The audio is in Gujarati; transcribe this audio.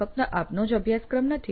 ફક્ત આપનો જ અભ્યાસક્રમ નથી